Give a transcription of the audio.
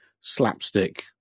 slapstick